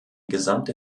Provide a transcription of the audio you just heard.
gesamte